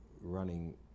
running